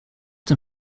dem